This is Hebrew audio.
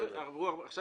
עכשיו